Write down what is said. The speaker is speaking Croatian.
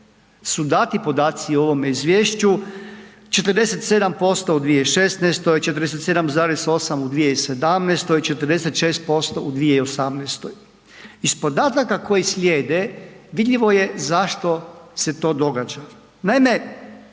su dati podaci u ovome izvješću, 47% u 2016., 47,8 u 2017., 46% u 2018. Iz podataka koji slijede vidljivo je zašto se to događa.